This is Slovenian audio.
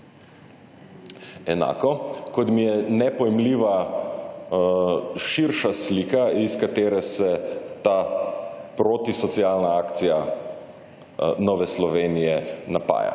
Enako kot mi je nepojmljiva širša slika iz katere se ta protisocialna akcija Nove Slovenije napaja.